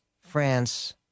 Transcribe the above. France